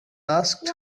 asked